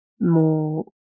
more